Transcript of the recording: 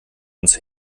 uns